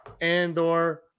Andor